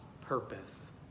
purpose